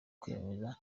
kwemeza